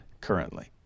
currently